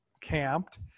camped